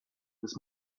this